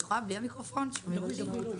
את בלילה, נכון?